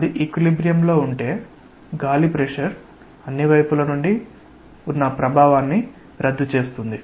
అది ఈక్విలిబ్రియమ్ లో ఉంటే గాలి ప్రెషర్ అన్ని వైపుల నుండి ప్రభావాన్ని రద్దు చేస్తుంది